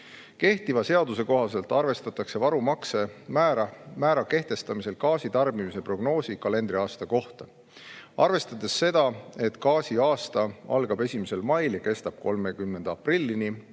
Kehtiva seaduse kohaselt arvestatakse varumakse määra kehtestamisel gaasitarbimise prognoosi kalendriaasta kohta. Arvestades seda, et gaasiaasta algab 1. mail ja kestab 30. aprillini,